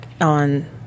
on